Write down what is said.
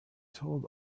told